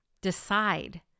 decide